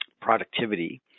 productivity